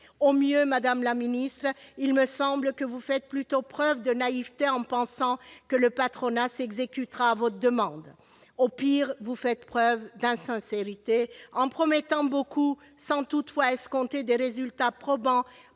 Au mieux, madame la ministre, vous faites preuve de naïveté en pensant que le patronat fera droit à votre demande. Au pire, vous faites preuve d'insincérité, en promettant beaucoup sans escompter de résultats probants,